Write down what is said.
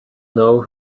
know